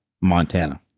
montana